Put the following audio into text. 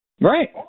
Right